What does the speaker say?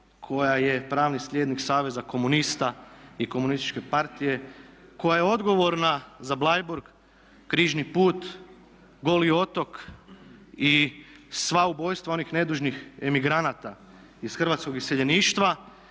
koja je pravni slijednik saveza komunista i komunističke partije koja je odgovorna za Bleiburg, Križni put, Goli otok i sva ubojstva onih nedužnih emigranata iz hrvatskog iseljeništva.